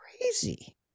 crazy